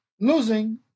losing